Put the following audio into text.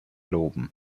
loben